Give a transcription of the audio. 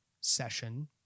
session